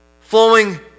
flowing